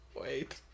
Wait